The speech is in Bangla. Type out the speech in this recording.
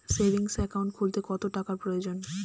সেভিংস একাউন্ট খুলতে কত টাকার প্রয়োজন?